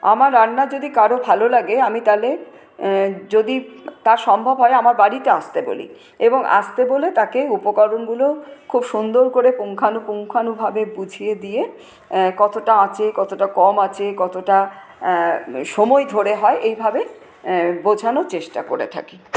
আমার রান্না যদি কারো ভালো লাগে আমি তাহলে যদি তা সম্ভব হয় আমার বাড়িতে আসতে বলি এবং আসতে বলে তাকে উপকরণগুলো খুব সুন্দর করে পুঙ্খানু পুঙ্খানুভাবে বুঝিয়ে দিয়ে কতটা আঁচে কতটা কম আঁচে কতটা সময় ধরে হয় এইভাবে বোঝানোর চেষ্টা করে থাকি